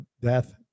Death